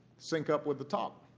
sync up with the talk.